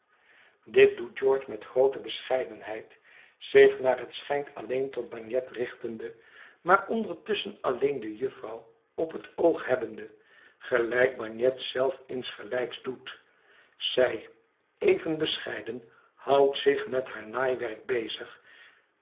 dit doet george met groote bescheidenheid zich naar het schijnt alleen tot bagnet richtende maar ondertusschen alleen de jufvrouw op het oog hebbende gelijk bagnet zelf insgelijks doet zij even bescheiden houdt zich met haar naaiwerk bezig